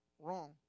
wrong